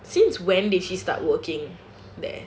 since when did she start working there